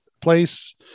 place